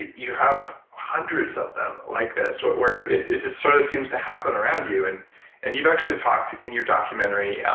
you have hundreds of them like this but it just sort of seems to happen around you. and and you've actually talked, in your documentary,